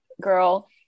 girl